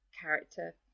character